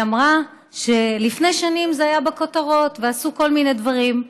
היא אמרה שלפני שנים זה היה בכותרות ועשו כל מיני דברים,